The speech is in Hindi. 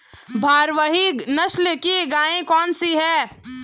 भारवाही नस्ल की गायें कौन सी हैं?